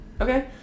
Okay